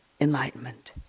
enlightenment